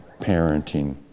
parenting